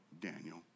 Daniel